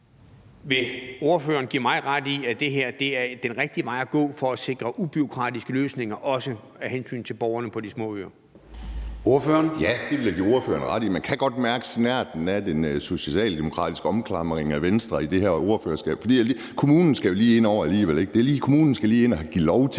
Vil ordføreren give mig ret i, at det her er den rigtige vej at gå for at sikre ubureaukratiske løsninger, også af hensyn til borgerne på de små øer? Kl. 10:25 Formanden (Søren Gade): Ordføreren. Kl. 10:25 Kim Edberg Andersen (NB): Ja, det vil jeg give ordføreren ret i. Man kan godt mærke snerten af den socialdemokratiske omklamring af Venstre i det her ordførerskab, for kommunen skal jo lige ind over alligevel, ikke? Kommunen skal lige ind og give lov til